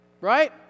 Right